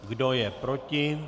Kdo je proti?